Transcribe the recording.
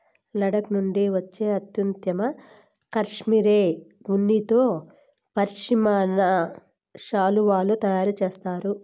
లడఖ్ నుండి వచ్చే అత్యుత్తమ కష్మెరె ఉన్నితో పష్మినా శాలువాలు తయారు చేస్తారు